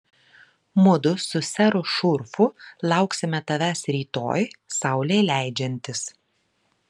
mudu su seru šurfu lauksime tavęs rytoj saulei leidžiantis